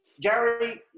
Gary